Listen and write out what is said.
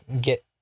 get